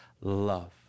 love